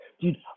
Dude